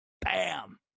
Bam